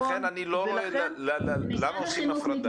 לכן, אני לא רואה למה עושים הפרדה.